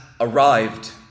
arrived